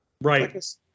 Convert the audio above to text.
right